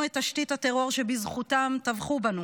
את תשתית הטרור שבזכותה טבחו בנו.